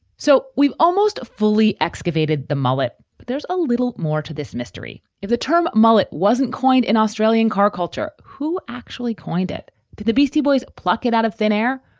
so we've almost fully excavated the mullet, but there's a little more to this mystery, if the term mullet wasn't coined in australian car culture, who actually coined it to the beastie boys, pluck it out of thin air,